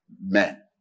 men